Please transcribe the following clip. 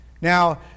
Now